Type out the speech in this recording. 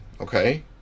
okay